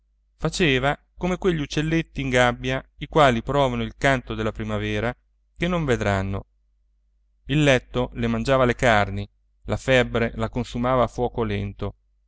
faceva come quegli uccelletti in gabbia i quali provano il canto della primavera che non vedranno il letto le mangiava le carni la febbre la consumava a fuoco lento